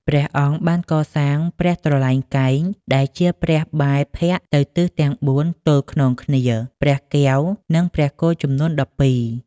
ព្រះអង្គបានកសាង ព្រះត្រឡែងកែង ដែលជាព្រះបែរភក្ត្រទៅទិសទាំងបួនទល់ខ្នងគ្នា ព្រះកែវ និងព្រះគោចំនួន ១២។